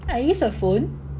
I used her phone